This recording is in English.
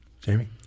Jamie